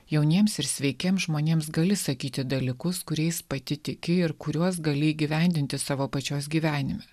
jauniems ir sveikiems žmonėms gali sakyti dalykus kuriais pati tiki ir kuriuos gali įgyvendinti savo pačios gyvenime